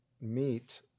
meet